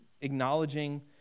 acknowledging